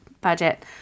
budget